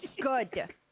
Good